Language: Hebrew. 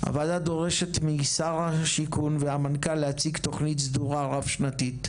הוועדה דורשת משר השיכון והמנכ"ל תוכנית סדורה רב שנתית,